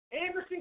Anderson